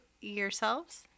yourselves